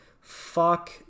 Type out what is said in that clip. Fuck